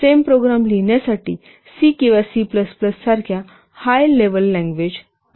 same program लिहिण्यासाठी C किंवा C plus सारख्या हाय लेव्हल लँग्वेज आहे